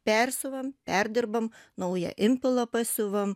persiuvam perdirbam naują impulą pasiuvam